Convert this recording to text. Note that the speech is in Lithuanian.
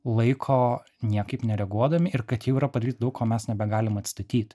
laiko niekaip nereaguodami ir kad jau yra padaryt daug ko mes nebegalim atstatyt